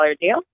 deal